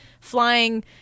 flying